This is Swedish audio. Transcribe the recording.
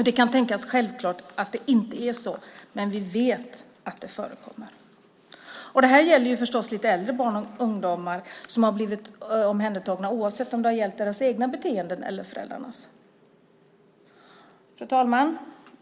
Det kan tyckas vara självklart att det inte är så, men vi vet att det förekommer. Det här gäller förstås även lite äldre barn och ungdomar som har blivit omhändertagna oavsett om det har gällt deras egna beteenden eller föräldrarnas. Fru talman!